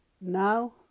Now